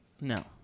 No